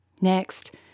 Next